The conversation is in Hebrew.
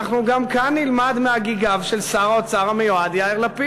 אנחנו גם כאן נלמד מהגיגיו של שר האוצר המיועד יאיר לפיד,